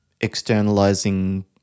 externalizing